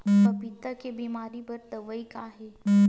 पपीता के बीमारी बर दवाई का हे?